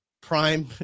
prime